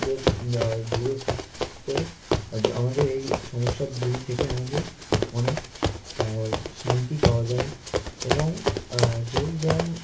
দের দূরে থাকতে আমাদের এই সমস্যাগুলি থেকে আমাদের অনেক শান্তি পাওয়া যায় এবং যোগব্যায়াম